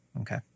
Okay